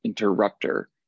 interrupter